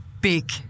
big